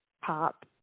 pop